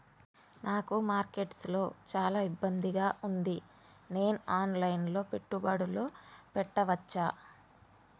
నాకు మార్కెట్స్ లో చాలా ఇబ్బందిగా ఉంది, నేను ఆన్ లైన్ లో పెట్టుబడులు పెట్టవచ్చా?